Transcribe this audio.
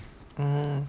orh